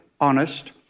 honest